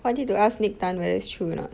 !wah! need to ask nick tan whether it's true or not